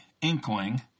inkling